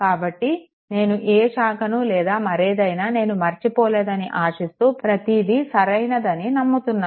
కాబట్టి నేను ఏ శాఖను లేదా మరేదైనా నేను మర్చిపోలేదని ఆశిస్తూ ప్రతిదీ సరైనదని నమ్ముతున్నాను